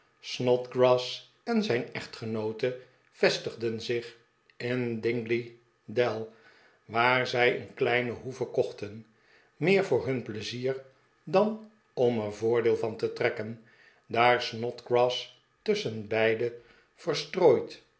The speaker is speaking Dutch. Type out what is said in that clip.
nodgrass en zjjn echtgenoote vestigden zich in dingley dell waar zij een kleine hoeve kochten meer voor hun pleizier dan om er voordeel van te trekken daar snodgrass tusschenbeide verstrooid